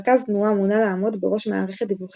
רכז תנועה מונה לעמוד בראש מערכת דיווחי